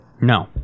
No